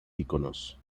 iconos